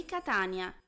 Catania